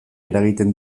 eragiten